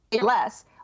less